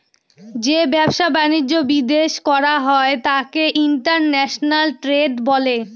যে ব্যবসা বাণিজ্য বিদেশ করা হয় তাকে ইন্টারন্যাশনাল ট্রেড বলে